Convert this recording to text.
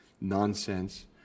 nonsense